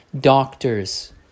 doctors